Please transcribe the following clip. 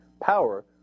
power